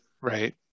Right